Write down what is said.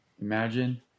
Imagine